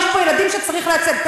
יש פה ילדים שצריך להציל.